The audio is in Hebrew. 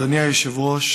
אדוני היושב-ראש,